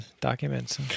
documents